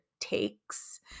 takes